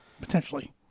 potentially